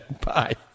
bye